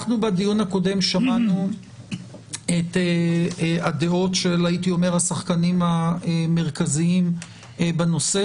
בדיון הקודם שמענו את הדעות של השחקנים המרכזיים בנושא.